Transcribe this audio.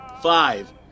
Five